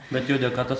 bet jų dėka tas